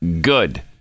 Good